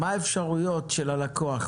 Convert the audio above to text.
מה האפשרויות של הלקוח,